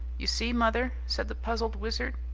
you see, mother, said the puzzled wizard,